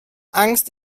angst